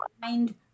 Find